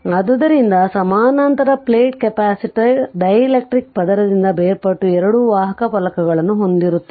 ಆದ್ದರಿಂದ ಸಮಾನಾಂತರ plate capacitor dielectric ಪದರದಿಂದ ಬೇರ್ಪಟ್ಟ ಎರಡು ವಾಹಕ ಫಲಕಗಳನ್ನು ಹೊಂದಿರುತ್ತದೆ